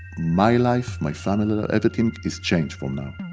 my life, my family, everything is changed from now.